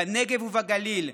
בנגב ובגליל,